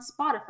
Spotify